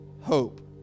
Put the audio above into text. hope